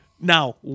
Now